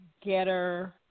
Getter